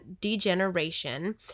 degeneration